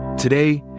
today,